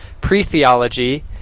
pre-theology